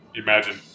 imagine